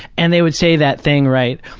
and they would say that thing, right,